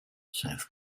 south